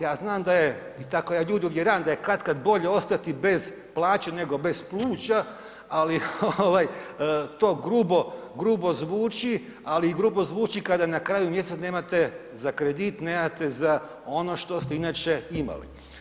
Ja znam da je i tako ja ljude uvjeravam da je katkad bolje ostati bez plaće nego bez pluća, ali ovaj to grubo, grubo zvuči, ali i grubo zvuči kada na kraju mjeseca nemate za kredit, nemate za ono što ste inače imali.